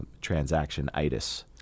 transaction-itis